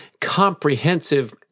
comprehensive